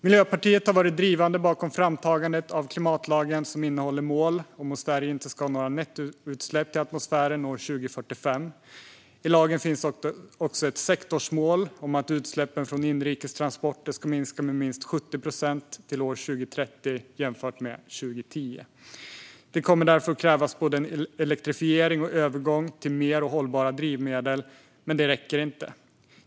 Miljöpartiet har varit drivande bakom framtagandet av klimatlagen, som innehåller mål om att Sverige inte ska ha några nettoutsläpp till atmosfären 2045. I lagen finns också ett sektorsmål om att utsläppen från inrikes transporter ska minska med minst 70 procent till 2030 jämfört med 2010. Det kommer därför att krävas både en elektrifiering och en övergång till mer hållbara drivmedel, men det räcker inte.